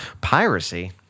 Piracy